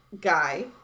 guy